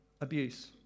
abuse